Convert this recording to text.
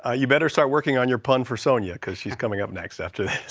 ah you better start working on your pun for sonja cause she's coming up next after